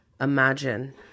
imagine